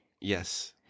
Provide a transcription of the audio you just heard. Yes